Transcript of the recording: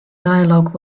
dialogue